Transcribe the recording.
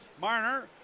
Marner